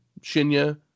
Shinya